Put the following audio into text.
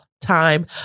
time